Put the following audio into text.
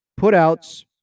Putouts